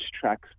tracks